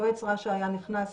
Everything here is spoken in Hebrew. יועץ רש"א היה נכנס